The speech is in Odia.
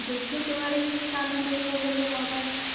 ଦେଖେ ତୋ ଆଡ଼େ କିଛି କାମ ମିଳିବ କି ହେଲେ ମୋ ପାଇଁ